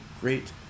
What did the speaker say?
great